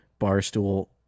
Barstool